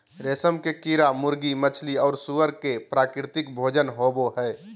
रेशम के कीड़ा मुर्गी, मछली और सूअर के प्राकृतिक भोजन होबा हइ